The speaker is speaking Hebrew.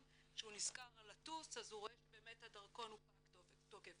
שהוא נזכר לטוס הוא רואה שבאמת הדרכון פג תוקף.